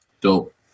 Dope